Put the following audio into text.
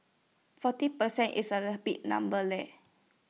forty percent is A big number leh